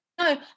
no